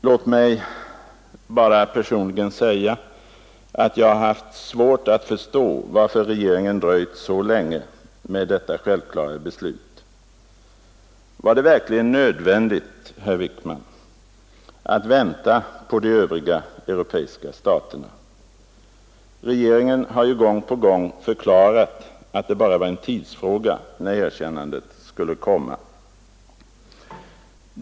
Låt mig bara personligen säga att jag har haft svårt att förstå varför regeringen dröjt så länge med detta självklara beslut. Var det verkligen nödvändigt, herr Wickman, att vänta på de övriga europeiska staterna? Regeringen har gång på gång förklarat att det bara var en tidsfråga när erkännandet skulle göras.